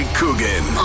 Coogan